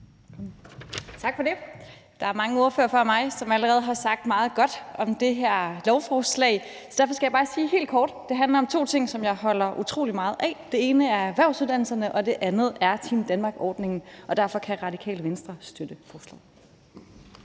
Tak for det. Der har været mange ordførere før mig, som allerede har sagt meget godt om det her lovforslag. Derfor skal jeg bare sige helt kort, at det handler om to ting, som jeg holder utrolig meget af. Den ene er erhvervsuddannelserne, og den anden er Team Danmark-ordningen. Og derfor kan Radikale Venstre støtte forslaget.